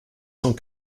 cent